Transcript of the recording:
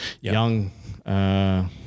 young